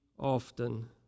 often